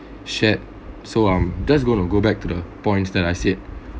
shared so I'm just going to go back to the points that I said